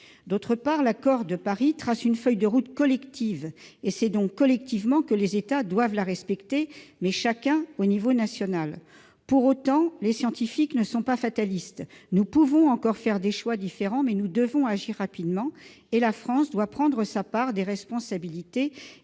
ailleurs, l'accord de Paris trace une feuille de route collective. C'est donc collectivement que les États doivent la respecter, chacun à son échelon. Pour autant, les scientifiques ne sont pas fatalistes. Nous pouvons encore faire des choix différents, mais nous devons agir rapidement. La France doit prendre sa part des responsabilités